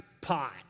pot